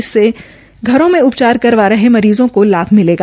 इसमें घरों में उपचार करवा रहे मरीज़ों का लाभ मिलेगा